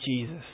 Jesus